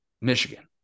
Michigan